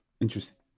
Interesting